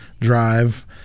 drive